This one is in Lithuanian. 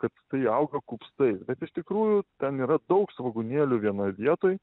kad tai auga kupstai bet iš tikrųjų ten yra daug svogūnėlių vienoj vietoj